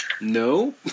No